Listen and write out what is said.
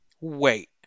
wait